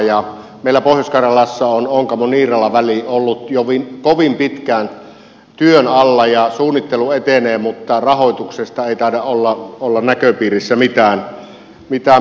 meillä pohjois karjalassa on onkamoniirala väli ollut jo kovin pitkään työn alla ja suunnittelu etenee mutta rahoituksesta ei taida olla näköpiirissä mitään